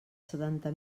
setanta